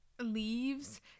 leaves